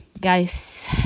guys